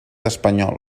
espanyol